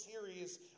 series